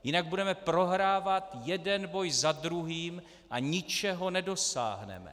Jinak budeme prohrávat jeden boj za druhým a ničeho nedosáhneme.